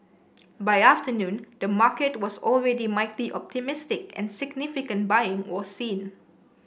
by afternoon the market was already mildly optimistic and significant buying was seen